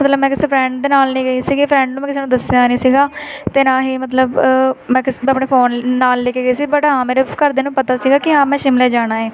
ਮਤਲਬ ਮੈਂ ਕਿਸੇ ਫਰੈਂਡ ਦੇ ਨਾਲ ਨਹੀਂ ਗਈ ਸੀਗੀ ਫਰੈਂਡ ਨੂੰ ਮੈਂ ਕਿਸੇ ਨੂੰ ਦੱਸਿਆ ਨਹੀਂ ਸੀਗਾ ਅਤੇ ਨਾ ਹੀ ਮਤਲਬ ਮੈਂ ਕਿਸ ਮੈਂ ਆਪਣੇ ਫੋਨ ਨਾਲ ਲੈ ਕੇ ਗਏ ਸੀ ਬਟ ਹਾਂ ਮੇਰੇ ਘਰਦਿਆਂ ਨੂੰ ਪਤਾ ਸੀਗਾ ਕਿ ਹਾਂ ਮੈਂ ਸ਼ਿਮਲੇ ਜਾਣਾ ਹੈ